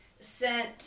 sent